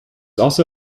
also